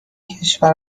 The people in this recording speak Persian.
کشور